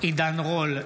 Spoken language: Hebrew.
עידן רול,